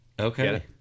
Okay